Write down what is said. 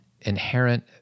Inherent